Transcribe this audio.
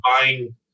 buying